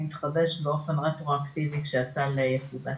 זה יתחדש באופן רטרואקטיבי כאשר הסל יחודש?